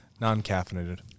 non-caffeinated